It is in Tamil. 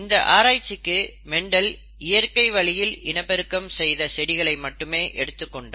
இந்த ஆராய்ச்சிக்கு மெண்டல் இயற்கை வழியில் இனப்பெருக்கம் செய்த செடிகளை மட்டுமே எடுத்துக் கொண்டார்